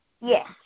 Yes